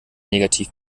negativ